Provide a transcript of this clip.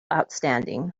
outstanding